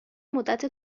مدت